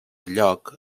lloc